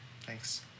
Thanks